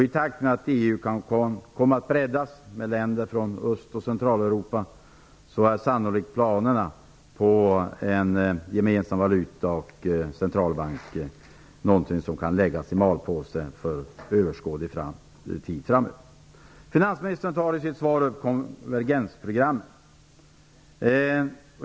I takt med att EU kan komma att utvidgas med länder från Öst och Centraleuropa är sannolikt planerna på en gemensam valuta och en gemensam centralbank någonting som kan läggas i malpåse för överskådlig tid framöver. Finansministern tar i sitt svar upp konvergensprogrammet.